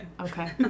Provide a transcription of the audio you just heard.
Okay